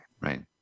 right